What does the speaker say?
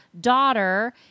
daughter